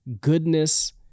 goodness